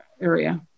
area